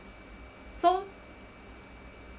so